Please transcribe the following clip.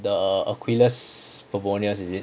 the aquilas favonia is it